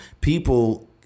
people